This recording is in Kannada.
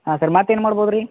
ಹಾಂ ಸರ್ ಮತ್ತೇನು ಮಾಡ್ಬೋದು ರೀ